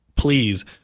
Please